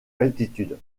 altitude